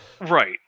Right